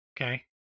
Okay